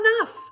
enough